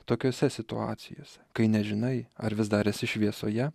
tokiose situacijose kai nežinai ar vis dar esi šviesoje